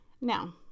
Now